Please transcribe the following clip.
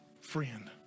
friend